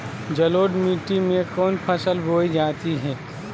जलोढ़ मिट्टी में कौन फसल बोई जाती हैं?